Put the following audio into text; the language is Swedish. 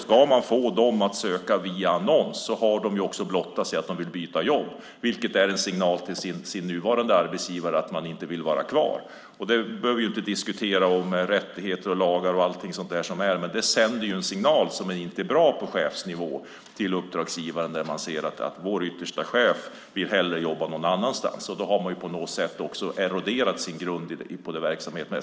Får man dem att söka via annons har de också blottat att de vill byta jobb. Det är en signal till den nuvarande arbetsgivaren att man inte vill vara kvar. Vi behöver inte diskutera rättigheter och lagar - det sänder en signal till uppdragsgivaren som inte är bra på chefsnivå. Man ser att högste chefen hellre vill jobba någon annanstans. Som chef har man då på något sätt eroderat sin grund i verksamheten.